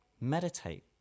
Meditate